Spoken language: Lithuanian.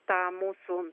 tą mūsų